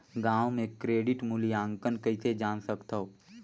गांव म क्रेडिट मूल्यांकन कइसे जान सकथव?